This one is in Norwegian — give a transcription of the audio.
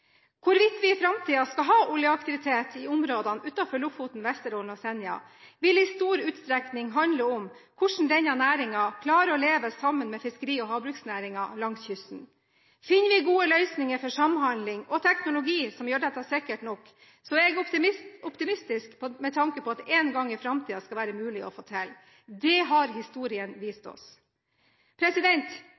Hvorvidt vi i framtiden skal ha oljeaktivitet i områdene utenfor Lofoten, Vesterålen og Senja, vil i stor utstrekning handle om hvordan denne næringen klarer å leve sammen med fiskeri- og havbruksnæringen langs kysten. Finner vi gode løsninger for samhandling og teknologi som gjør dette sikkert nok, er jeg optimistisk med tanke på at det en gang i framtiden skal være mulig å få til. Det har historien vist oss.